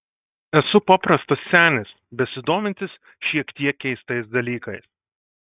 esu paprastas senis besidomintis šiek tiek keistais dalykais